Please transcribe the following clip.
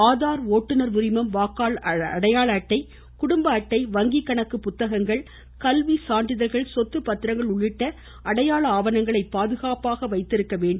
ஆதார் ஓட்டுநர் உரிமம் வாக்காளர் அடையாள அட்டை குடும்ப அட்டை வங்கி கணக்கு புத்தகங்கள் கல்விசான்றிதழ்கள் சொத்து பத்திரங்கள் உள்ளிட்ட அடையாள ஆவணங்களை பாதுகாப்பாக வைக்கப்பட வேண்டும்